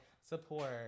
support